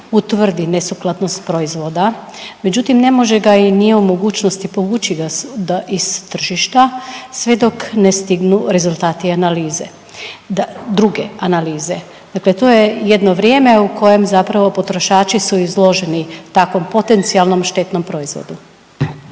utvrdi nesukladnost proizvoda, međutim, ne može da i nije u mogućnosti povući ga iz tržišta sve dok ne stignu rezultati analize, druge analize. Dakle to je jedno vrijeme u kojem zapravo potrošači su izloženi takvom potencijalnom štetnom proizvodu.